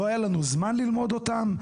לא היה לנו זמן ללמוד אותם,